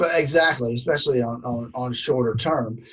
ah exactly. especially on on shorter term,